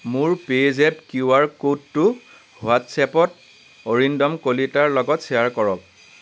মোৰ PayZapp Q R ক'ডটো হোৱাট্ছএপত অৰিন্দম কলিতাৰ লগত শ্বেয়াৰ কৰক